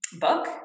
book